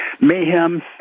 mayhem